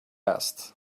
asked